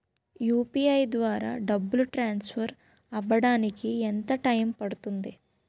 UPI ద్వారా డబ్బు transfer అవ్వడానికి ఎంత టైం పడుతుంది?